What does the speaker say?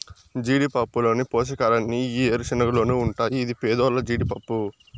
జీడిపప్పులోని పోషకాలన్నీ ఈ ఏరుశనగలోనూ ఉంటాయి ఇది పేదోల్ల జీడిపప్పు